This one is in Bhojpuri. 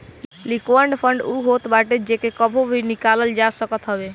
लिक्विड फंड उ होत बाटे जेके कबो भी निकालल जा सकत हवे